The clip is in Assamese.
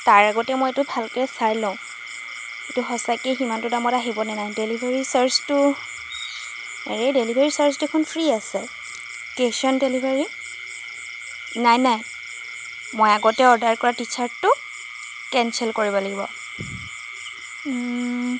তাৰ আগতে মই এইটো ভালকৈ চাই লওঁ এইটো সঁচাকৈ সিমানটো দামত আহিবনে নাই ডেলিভাৰী চাৰ্জটো এই ডেলিভাৰী চাৰ্জটো দেখোন ফ্ৰী আছে কেছ অ'ন ডেলিভাৰী নাই নাই মই আগতে অৰ্ডাৰ কৰা টি ছাৰ্টটো কেনচেল কৰিব লাগিব